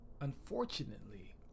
unfortunately